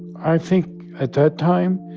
i think at that time,